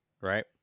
right